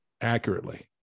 accurately